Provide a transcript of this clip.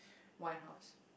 winehouse